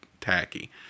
tacky